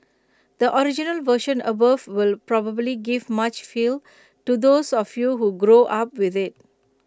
the original version above will probably give much feels to those of you who grow up with IT